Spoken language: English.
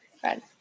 Fred